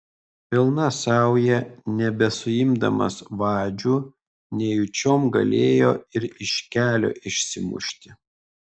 pilna sauja nebesuimdamas vadžių nejučiom galėjo ir iš kelio išsimušti